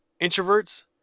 introverts